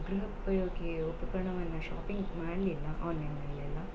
ಗೃಹೋಪಯೋಗಿ ಉಪಕರಣವನ್ನ ಶಾಪಿಂಗ್ ಮಾಡಲಿಲ್ಲ ಆನ್ಲೈನಲ್ಲೆಲ್ಲ